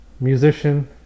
musician